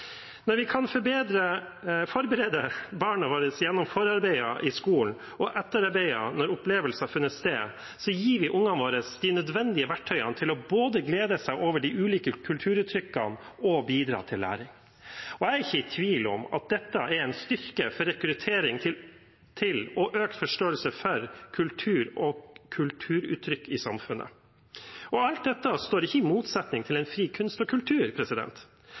vi kan forberede barna våre gjennom forarbeid i skolen og etterarbeid når opplevelser har funnet sted, gir vi ungene våre de nødvendige verktøyene for både å glede seg over de ulike kulturuttrykkene og bidra til læring. Jeg er ikke i tvil om at dette er en styrke for rekruttering til og økt forståelse for kultur og kulturuttrykk i samfunnet. Dette står ikke i motsetning til fri kunst og kultur.